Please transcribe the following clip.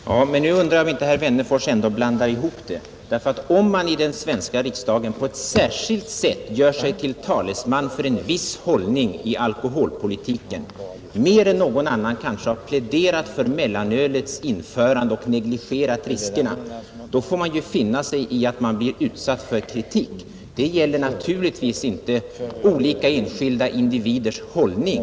Herr talman! Nu undrar jag om inte herr Wennerfors ändå blandar ihop detta. Om man i den svenska riksdagen på ett särskilt sätt gjort sig till talesman för en viss hållning i fråga om alkoholpolitiken och kanske mer än någon annan pläderat för mellanölets införande och negligerat riskerna med det, får man finna sig i att bli utsatt för kritik. Den kritiken gäller naturligtvis en politisk uppfattning, inte en individuell hållning.